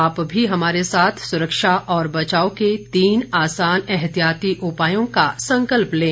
आप भी हमारे साथ सुरक्षा और बचाव के तीन आसान एहतियाती उपायों का संकल्प लें